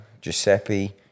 Giuseppe